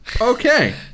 Okay